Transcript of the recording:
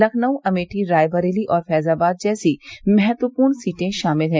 लखनऊ अमेठी रायबरेली और फैजाबाद जैसी महत्वपूर्ण सीटें शामिल है